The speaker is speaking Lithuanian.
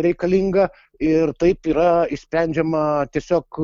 reikalinga ir taip yra išsprendžiama tiesiog